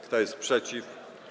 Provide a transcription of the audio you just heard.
Kto jest przeciw?